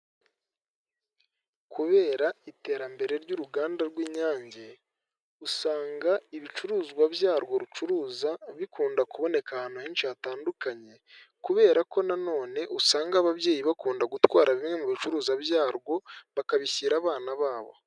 Kubera iterambere ry'uruganda rw'inyange usanga ibicuruzwa byarwo rucuruza bikunda kuboneka ahantu henshi hatandukanye, kubera ko nanone usanga ababyeyi bakunda gutwara bimwe mu bicuruzwa byarwo bakabishyira abana babo.